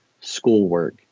schoolwork